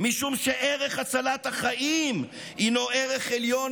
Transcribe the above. משום שערך הצלת החיים הינו ערך עליון